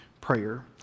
prayer